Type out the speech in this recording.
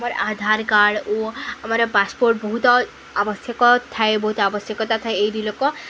ଆମର ଆଧାର କାର୍ଡ଼ ଓ ଆମର ପାସପୋର୍ଟ ବହୁତ ଆବଶ୍ୟକ ଥାଏ ବହୁତ ଆବଶ୍ୟକତା ଥାଏ ଏଇଠିର ଲୋକ